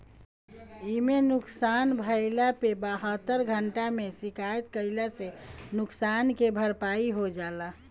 इमे नुकसान भइला पे बहत्तर घंटा में शिकायत कईला से नुकसान के भरपाई हो जाला